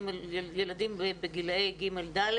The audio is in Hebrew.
ילדים בגילי ג'-ד'